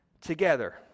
together